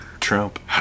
Trump